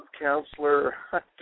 counselor